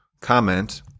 comment